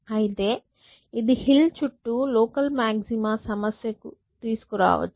అయితే ఇది హిల్ చుట్టూ లోకల్ మాక్సిమా సమస్యను తీసుకురావచ్చు